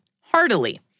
heartily